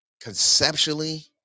conceptually